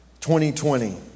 2020